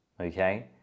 okay